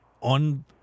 on